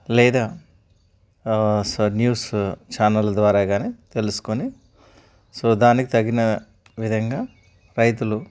లేదా so news channel ద్వారా కానీ తెలుసుకుని సో దానికి తగిన విధంగా రైతులు